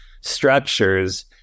structures